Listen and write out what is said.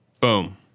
Boom